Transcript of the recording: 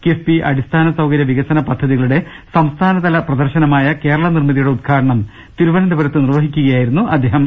കിഫ്ബി അടിസ്ഥാന സൌകര്യ വികസന പദ്ധതികളുടെ സംസ്ഥാന തല പ്രദർശനമായ കേരള നിർമിതിയുടെ ഉദ്ഘാടനം തിരുവനന്തപുരത്ത് നിർവഹിക്കുകയായിരുന്നു അദ്ദേഹം